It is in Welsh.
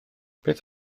beth